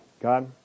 God